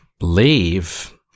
leave